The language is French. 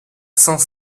saint